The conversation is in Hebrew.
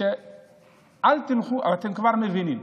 אתם כבר מבינים.